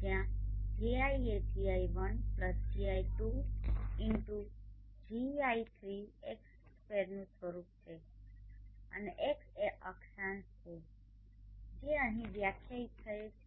જ્યાં Gi એ gi1 gi2 xgi3x2 સ્વરૂપનુ છે અને x એ અક્ષાંશ છે જે અહીં વ્યાખ્યાયિત થયેલ છે